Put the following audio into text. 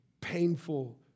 Painful